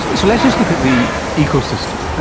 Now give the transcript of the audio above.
so let's just look at the ecosystem,